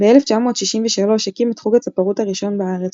ב-1963 הקים את חוג הצפרות הראשון בארץ,